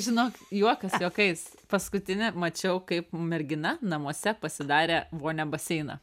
žinok juokas juokais paskutinę mačiau kaip mergina namuose pasidarė vonią baseiną